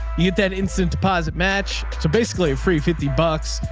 you get that instant deposit match. so basically free fifty bucks.